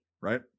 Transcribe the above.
right